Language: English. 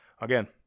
Again